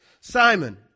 Simon